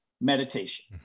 meditation